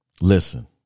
Listen